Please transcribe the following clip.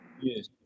Yes